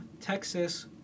texas